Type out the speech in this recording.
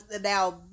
now